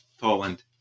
Poland